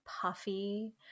puffy